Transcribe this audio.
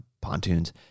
pontoons